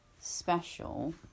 special